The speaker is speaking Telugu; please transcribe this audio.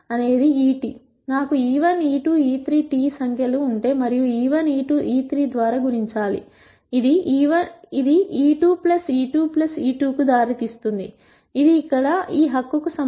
నాకు e1 e2 e3 T సంఖ్యలు ఉంటే మరియు e1 e2 e3 ద్వారా గుణించాలి ఇది e12 e22 e32 కు దారి తీస్తుంది ఇది ఇక్కడ ఈ హక్కుకు సమానం